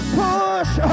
push